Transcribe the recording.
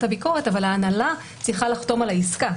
הביקורת אבל ההנהלה צריכה לחתום על העסקה.